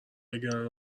بگیرن